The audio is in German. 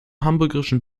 hamburgischen